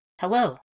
Hello